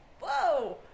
whoa